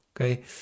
okay